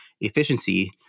efficiency